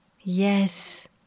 Yes